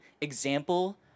example